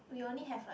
we only have like